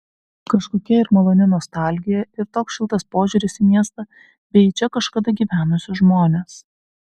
kažkokia ir maloni nostalgija ir toks šiltas požiūris į miestą bei į čia kažkada gyvenusius žmones